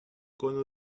gonna